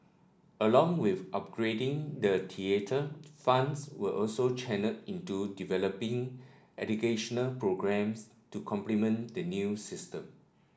along with upgrading the theatre funds were also channelled into developing educational programmes to complement the new system